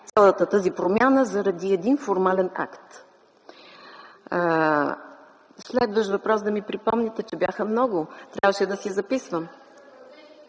цялата тази промяна заради един формален акт. Следващ въпрос да ми припомните, че бяха много, трябваше да си записвам.